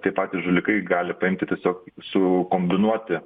tie patys žulikai gali paimti tiesiog su kombinuoti